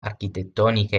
architettonica